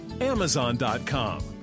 amazon.com